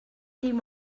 dim